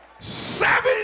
Seven